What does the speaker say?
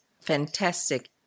fantastic